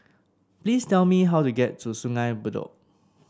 please tell me how to get to Sungei Bedok